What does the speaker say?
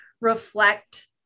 reflect